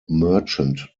merchant